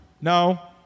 No